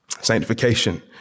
sanctification